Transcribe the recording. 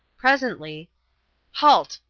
presently halt!